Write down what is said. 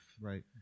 right